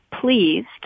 pleased